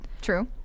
true